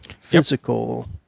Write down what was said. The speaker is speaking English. Physical